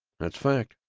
that's fact.